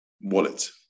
wallet